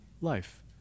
life